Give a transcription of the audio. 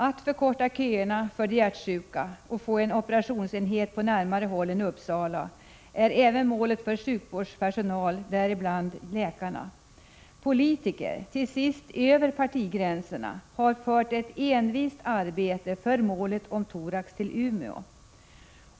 Att förkorta köerna för de hjärtsjuka och få en operationsenhet på närmare håll än Uppsala är även målet för sjukvårdspersonal, däribland läkarna. Politiker, till sist över partigränserna, har utfört ett envist arbete för målet thorax till Umeå.